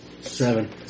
seven